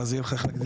ואז יהיה לך חגיגה.